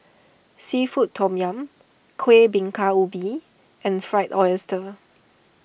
Seafood Tom Yum Kueh Bingka Ubi and Fried Oyster